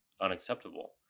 unacceptable